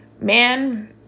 man